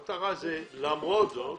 המטרה היא למרות זאת